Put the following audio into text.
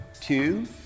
two